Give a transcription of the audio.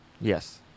Yes